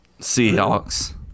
Seahawks